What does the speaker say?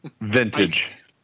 Vintage